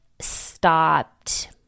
stopped